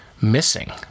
missing